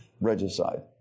Regicide